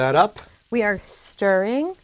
that up we are stirring